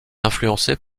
influencé